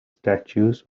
statues